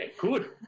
good